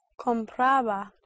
compraba